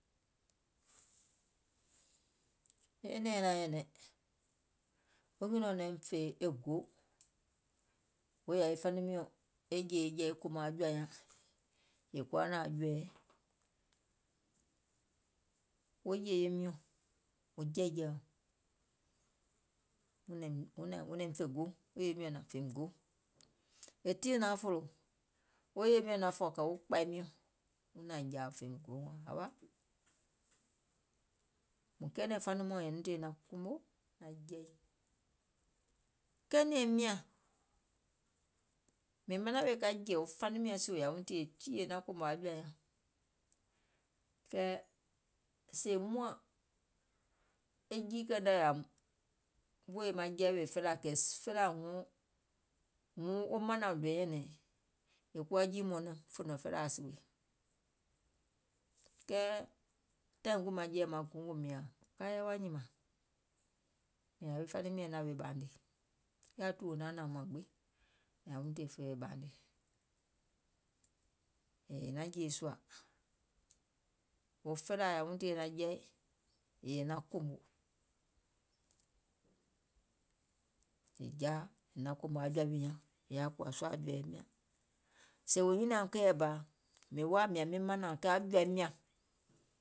E nɛ̀ɛŋ naŋ nyɛ̀nɛ̀ŋ, wo nyùnɔ̀ɔŋ naim fè e go, wèè yȧwi faniŋ miɔ̀ŋ wèè e jèè jɛ̀i e kòmȧŋ aŋ jɔ̀ȧ nyaŋ, è kuwa naȧŋ jɔ̀ɛɛ, wo yèye miɔ̀ŋ, wo jɛɛ̀jɛɛ̀ɔ wuŋ naim fè go, wo yèye miɔ̀ŋ nȧŋ fèìm go, e tii naaŋ fòlò kɛ̀ wo kpȧi miɔ̀ŋ wuŋ nȧŋ jȧȧìm fèìm go, wȧȧŋ mùŋ kɛɛnɛ̀ŋ faniŋ mɔɔ̀ŋ nyɛ̀nuuŋ naŋ kuunò naŋ jɛi, kɛɛ nɛ̀ɛŋ miȧŋ mìŋ manaŋ weè ka jèè faniŋ miɔ̀ŋ sìwè yàwuuŋ tìyèe tiiyè è naŋ kòmò aŋ jɔ̀ȧ nyaŋ, kɛɛ sèè muȧŋ e jiikɛ̀ɛiŋ nɛ̀ yȧùm wèè maŋ jɛi wèè felaaȧ kɛ̀ felaaȧ wuŋ wo manȧŋ wò do yɛi nyɛ̀nɛ̀ŋ, è kuwa jii mɔ̀ɔ̀nɛŋ muŋ fè nɔ̀ŋ felaaȧ sìwè, kɛɛ tȧìŋ maŋ jɛi maŋ gongò mìȧŋ, ka yɛi wa nyìmȧŋ, kɛ̀ yȧwi faniŋ miɔ̀ŋ naȧŋ weè ɓaanè, yaȧ tùwo naanȧȧŋ mɔ̀ɛ̀ gbiŋ, yȧwuuŋ tìyèe fè weè ɓaanè, yèè è naŋ jèè sùȧ wo felaaȧ yȧwuuŋ tìyèe naŋ jɛi yèè è naŋ kòmò, è jaa è naŋ kòmò aŋ jɔ̀ȧ wi nyȧŋ, è yaȧ kùwȧ sùȧ ɓɛ̀ɛ̀iŋ, sèè wò nyiniìm keiɛ̀ bȧ mìŋ woȧ mìȧŋ miŋ manaùŋ, kɛɛ aŋ jɔ̀ȧim nyȧŋ